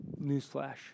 Newsflash